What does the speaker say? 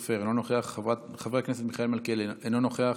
חברת הכנסת מרב מיכאלי, אינה נוכחת,